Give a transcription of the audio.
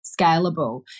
scalable